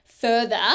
further